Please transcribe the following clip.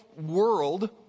world